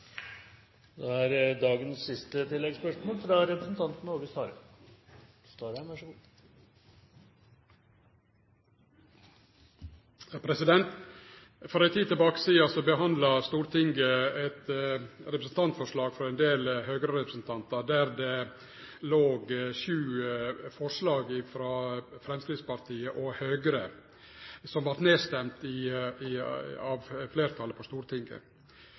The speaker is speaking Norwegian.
Starheim – til siste oppfølgingsspørsmål. For ei tid sidan behandla Stortinget eit representantforslag frå ein del Høgre-representantar der det låg sju forslag frå Framstegspartiet og Høgre som vart nedrøysta av fleirtalet på Stortinget.